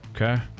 Okay